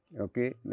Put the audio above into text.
Okay